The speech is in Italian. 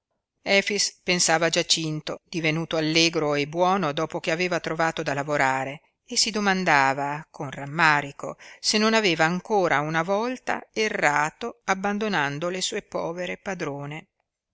efix pensava a giacinto divenuto allegro e buono dopo che aveva trovato da lavorare e si domandava con rammarico se non aveva ancora una volta errato abbandonando le sue povere padrone